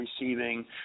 receiving